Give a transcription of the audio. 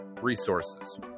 Resources